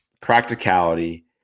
practicality